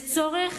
זה צורך,